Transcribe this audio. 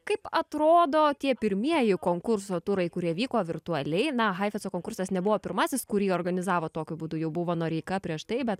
kaip atrodo tie pirmieji konkurso turai kurie vyko virtualiai na haifetco konkursas nebuvo pirmasis kurį organizavot tokiu būdu jau buvo noreika prieš tai bet